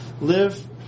live